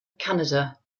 canada